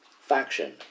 faction